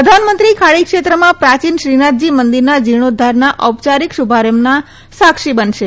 પ્રધાનમંત્રી ખાડી ક્ષેત્રમાં પ્રાચીન શ્રીનાથજી મંદિરના જીર્ણેધ્ધારના ઔપયારીક શુભારંભના સાક્ષી બનશે